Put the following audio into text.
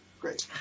Great